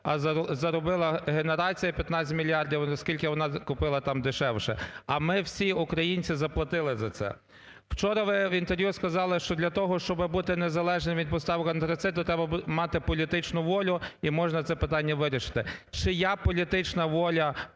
а заробила генерація 15мільярдів, оскільки вона купила там дешевше, а ми всі, українці заплатили за це. Вчора ви в інтерв’ю сказали, що для того, щоби бути незалежним від поставок антрациту, треба мати політичну волю і можна це питання вирішити. Чия політична воля